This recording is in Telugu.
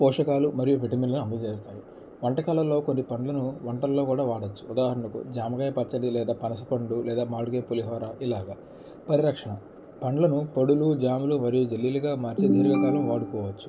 పోషకాలు మరియు విటమిన్లు అందచేస్తాయి వంటకాలలో కొన్ని పండ్లను వంటల్లో కూడా వాడచ్చు ఉదాహరణకు జామకాయ పచ్చడి లేదా పనసపండు లేదా మామిడికాయ పులిహోర ఇలాగా పరిరక్షణ పండ్లను పొడులు జాములు మరియు జల్లీలుగా మార్చి అన్ని రకాలుగా వాడుకోవచ్చు